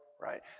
right